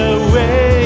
away